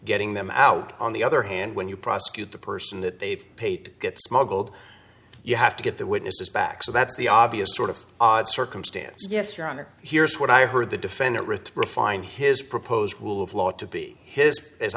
getting them out on the other hand when you prosecute the person that they've paid to get smuggled you have to get their witnesses back so that's the obvious sort of odd circumstance yes your honor here's what i heard the defendant written refine his proposed rule of law to be his as